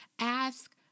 ask